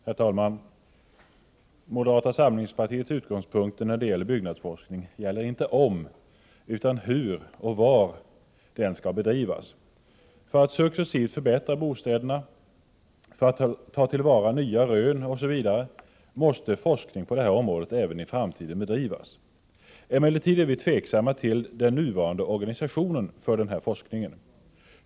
Herr talman! Moderata samlingspartiets utgångspunkt när det gäller byggnadsforskning är inte om utan hur och var den skall bedrivas. För att successivt förbättra bostäderna, för att ta till vara nya rön osv., måste forskning på detta område bedrivas även i framtiden. Vi är emellertid tveksamma till den nuvarande organisationen för denna forskning.